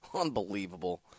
Unbelievable